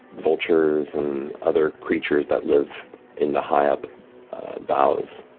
vultures and other creatures that live in the high up boughs